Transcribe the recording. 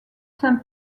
saint